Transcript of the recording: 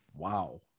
Wow